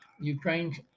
Ukraine